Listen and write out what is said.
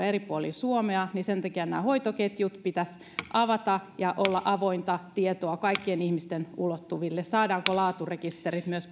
eri puolilla suomea ja sen takia nämä hoitoketjut pitäisi avata ja pitäisi olla avointa tietoa kaikkien ihmisten ulottuville saadaanko laaturekisterit myös